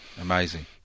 Amazing